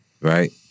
Right